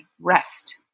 rest